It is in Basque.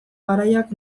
garaiak